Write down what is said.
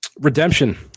redemption